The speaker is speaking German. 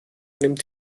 nimmt